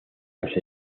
los